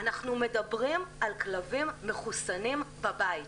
אנחנו מדברים על כלבים מחוסנים בבית.